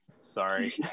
sorry